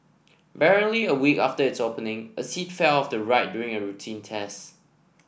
barely a week after its opening a seat fell off the ride during a routine test